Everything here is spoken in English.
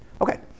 Okay